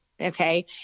Okay